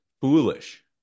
foolish